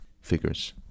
figures